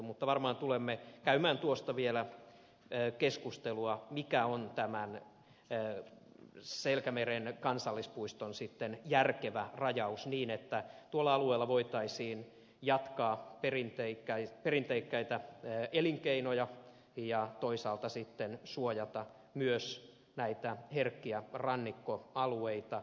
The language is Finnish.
mutta varmaan tulemme käymään tuosta vielä keskustelua mikä on tämän selkämeren kansallispuiston järkevä rajaus niin että tuolla alueella voitaisiin jatkaa perinteikkäitä elinkeinoja ja toisaalta sitten suojata myös näitä herkkiä rannikkoalueita